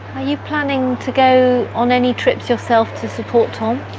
are you planning to go on any trips yourself to support tom?